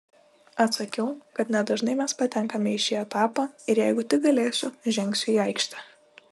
atsakiau kad nedažnai mes patenkame į šį etapą ir jeigu tik galėsiu žengsiu į aikštę